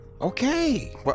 Okay